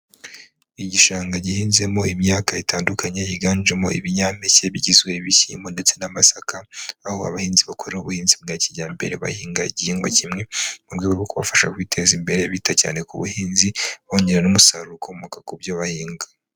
Igishanga gihinzemo imyaka itandukanye higanjemo ibinyampeke bigizwe ibishyimbo ndetse n'amasaka, aho abahinzi bakorera ubuhinzi bwa kijyambere bahinga igihingwa kimwe mu rwego rwo kubafasha kwiteza imbere bita cyane ku buhinzi, bongera umusaruro ukomoka ku byo bahinga.